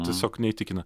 tiesiog neįtikina